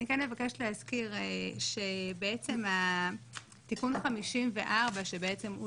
אני כן אבקש להזכיר שבעצם תיקון 54 שבעצם הוא